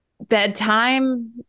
bedtime